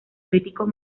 críticos